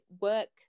work